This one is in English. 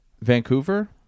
Vancouver